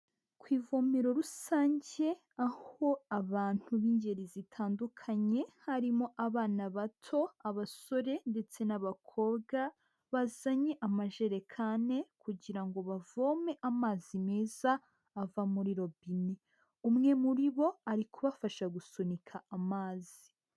Ku ivomero rusange, aho abantu b'ingeri zitandukanye harimo abana bato, abasore ndetse n'abakobwa, bazanye amajerekane kugira ngo bavome amazi meza ava muri robine. Umwe muri bo ari kubafasha gusunika amazi.